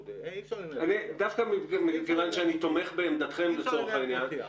--- דווקא מכיוון שאני תומך בעמדתכם לצורך העניין,